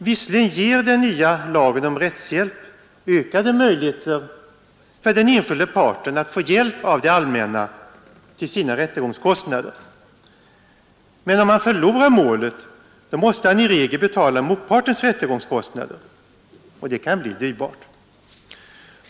Visserligen ger den nya lagen om rättshjälp ökade möjligheter för den enskilde parten att få hjälp av det allmänna till sina rättegångskostnader. Men om han förlorar målet måste han i regel betala motpartens rättegångskostnader, och det kan bli dyrbart.